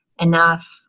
enough